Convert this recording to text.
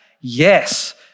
Yes